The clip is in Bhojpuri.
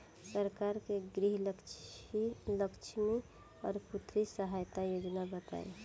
सरकार के गृहलक्ष्मी और पुत्री यहायता योजना बताईं?